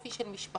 לאופי של משפחות,